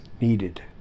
needed